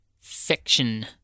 Fiction